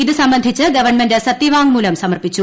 ഇത് സംബന്ധിച്ച് ഗവൺമെന്റ് സത്യവാങ്മൂലം സമർപ്പിച്ചു